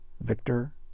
Victor